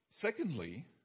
secondly